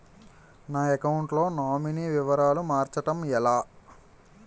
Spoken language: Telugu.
నా అకౌంట్ లో నామినీ వివరాలు మార్చటం ఎలా?